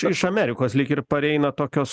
iš amerikos lyg ir pareina tokios